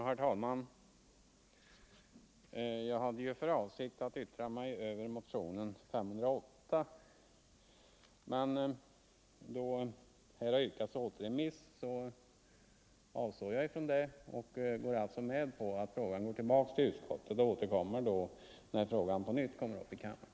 Herr talman! Jag hade för avsikt att yttra mig över motionen 508, men då här har yrkats återremiss avstår jag från att göra det och går med på att frågan går tillbaka till utskottet. Jag återkommer när frågan på nytt kommer upp i kammaren.